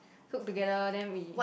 cook together then we